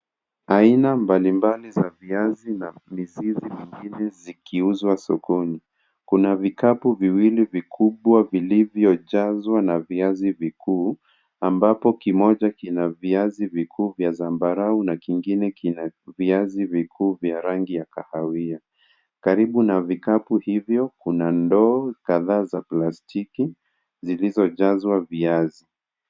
Aina mbalimbali za viazi na mizizi ya ndizi na zikiuzwa sokoni. Kuna vikapu viwili vikubwa vilivyojazwa na viazi vikuu ambapo kimoja kina viazi vikuu vya zambarau na kingine kina viazi vikuu vya rangi ya kahawia. Karibu na vikapu hivyo kuna ndoo kadhaa za plastiki zilizojazwa viazi.